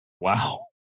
wow